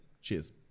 Cheers